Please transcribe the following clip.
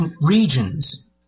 regions